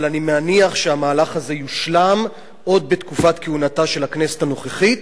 אבל אני מניח שהמהלך הזה יושלם עוד בתקופת כהונתה של הכנסת הנוכחית.